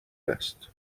است